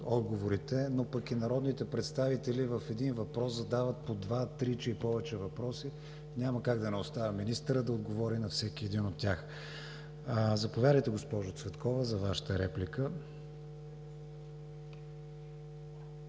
много, но пък и народните представители в един въпрос задават по два-три, че и повече въпроси. Няма как да не оставя министъра да отговори на всеки един от тях. Заповядайте, госпожо Цветкова, за Вашата реплика.